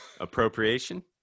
appropriation